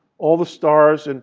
all the stars. and